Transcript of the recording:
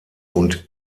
und